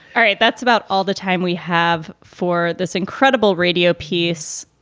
all right. that's about all the time we have for this incredible radio piece.